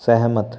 सहमत